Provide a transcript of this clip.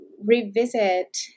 revisit